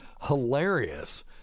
hilarious